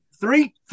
three